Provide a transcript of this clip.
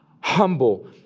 humble